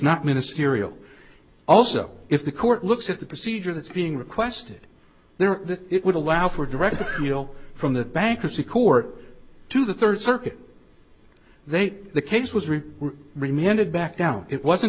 not ministerial also if the court looks at the procedure that's being requested there that it would allow for direct wheel from the bankruptcy court to the third circuit then the case was really reminded back down it wasn't